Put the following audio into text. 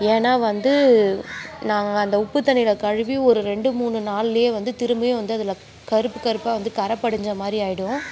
ஏன்னால் வந்து நாங்கள் அந்த உப்பு தண்ணியில் கழுவி ஒரு ரெண்டு மூணு நாள்லேயே வந்து திரும்பியும் வந்து அதில் கருப்பு கருப்பாக வந்து கரை படிஞ்ச மாதிரி ஆகிடும்